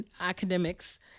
academics